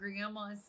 grandma's